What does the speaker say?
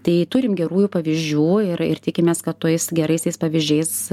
tai turim gerųjų pavyzdžių ir ir tikimės kad tais geraisiais pavyzdžiais